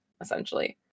essentially